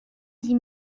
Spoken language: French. dix